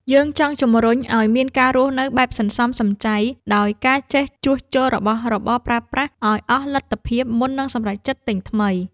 យើងចង់ជម្រុញឱ្យមានការរស់នៅបែបសន្សំសំចៃ ដោយការចេះជួសជុលរបស់របរប្រើប្រាស់ឱ្យអស់លទ្ធភាពមុននឹងសម្រេចចិត្តទិញថ្មី។